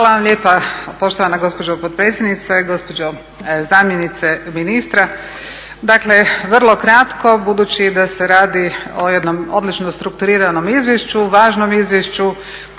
Hvala vam lijepa poštovana gospođo potpredsjednice, gospođo zamjenice ministra. Dakle, vrlo kratko budući da se radi o jednom odlično strukturiranom izvješću, važnom izvješću